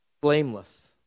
blameless